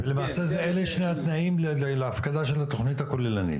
למעשה אלו שני התנאים להפקדה של התכנית הכוללנית?